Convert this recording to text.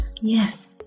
Yes